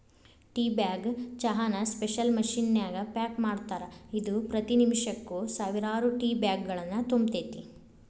tea bag ಚಹಾನ special machine ನ್ಯಾಗ pack ಮಾಡ್ತಾರ, ಇದು ಪ್ರತಿ ನಿಮಿಷಕ್ಕ ಸಾವಿರಾರು ಟೇಬ್ಯಾಗ್ಗಳನ್ನು ತುಂಬತೇತಿ